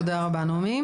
תודה רבה, נעמי.